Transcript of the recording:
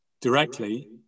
directly